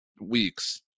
weeks